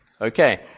Okay